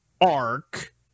arc